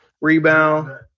rebound